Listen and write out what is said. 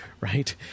right